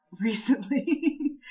recently